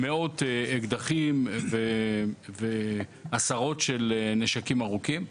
מאות אקדחים ועשרות של נשקים ארוכים.